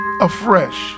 afresh